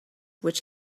which